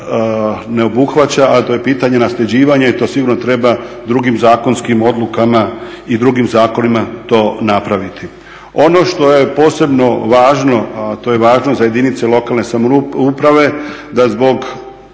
ne obuhvaća, a to je pitanje nasljeđivanja i to sigurno treba drugim zakonskim odlukama i drugim zakonima to napraviti. Ono što je posebno važno, a to je važno za jedinice lokalne samouprave da zbog